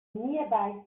nearby